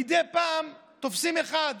מדי פעם תופסים אחד,